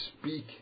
speak